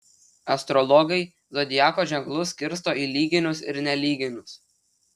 astrologai zodiako ženklus skirsto į lyginius ir nelyginius